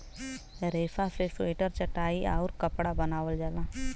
रेसा से स्वेटर चटाई आउउर कपड़ा बनावल जाला